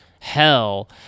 hell